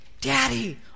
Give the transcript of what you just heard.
Daddy